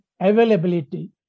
availability